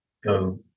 go